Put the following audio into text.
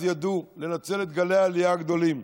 ידעו לנצל את גלי העלייה הגדולים,